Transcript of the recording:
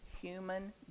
human